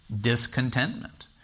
discontentment